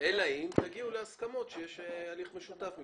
אלא אם תגיעו להסכמות שיש הליך משותף מבחינתכם.